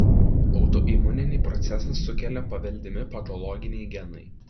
autoimuninį procesą sukelia paveldimi patologiniai genai